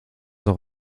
noch